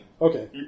Okay